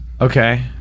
Okay